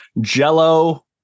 jello